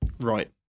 Right